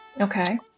Okay